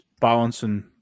balancing